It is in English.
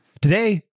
Today